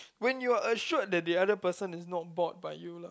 when you are assured that the other person is not bored by you lah